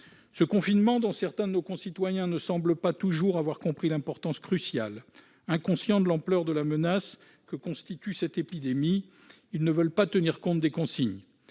ce confinement dont certains de nos concitoyens ne semblent pas toujours avoir compris l'importance cruciale. Inconscients de l'ampleur de la menace que constitue cette épidémie, ils ne veulent pas tenir compte des consignes.